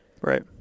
Right